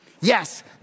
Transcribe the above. Yes